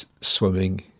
Swimming